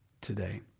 today